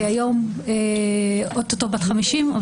היום אוטוטו בת חמישים,